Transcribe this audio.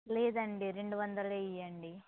లేదండి రెండు వందలు ఇయ్యండి